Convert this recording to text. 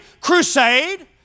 crusade